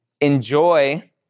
enjoy